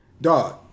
Dog